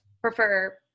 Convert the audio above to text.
prefer